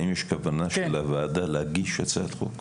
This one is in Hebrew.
האם יש כוונה של הוועדה להגיש הצעת חוק?